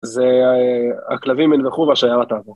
זה הכלבים ינבחו והשיירה תעבור.